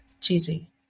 cheesy